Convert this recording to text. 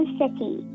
city